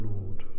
Lord